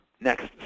Next